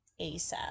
ASAP